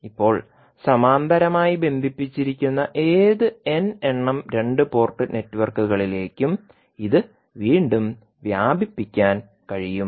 ഇപ്പോൾ സമാന്തരമായി ബന്ധിപ്പിച്ചിരിക്കുന്ന ഏത് n എണ്ണം രണ്ട് പോർട്ട് നെറ്റ്വർക്കുകളിലേയ്ക്കും ഇത് വീണ്ടും വ്യാപിപ്പിക്കാൻ കഴിയും